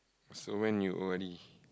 so when you O_R_D